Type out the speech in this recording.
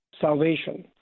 salvation